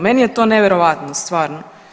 Meni je to nevjerojatno stvarno.